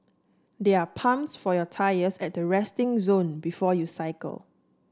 there are pumps for your tyres at the resting zone before you cycle